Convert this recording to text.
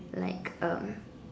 like um